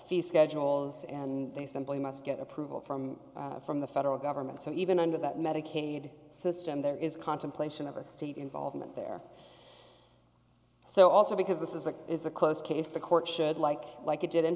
fee schedules and they simply must get approval from from the federal government so even under that medicaid system there is contemplation of a state involvement there so also because this is a is a close case the court should like like it did